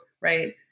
right